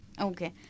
Okay